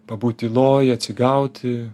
pabūt tyloj atsigauti